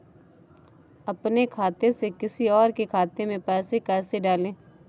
अपने खाते से किसी और के खाते में पैसे कैसे डालें?